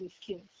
skills